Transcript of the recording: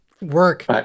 work